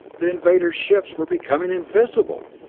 the invaders' ships were becoming invisible!